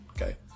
Okay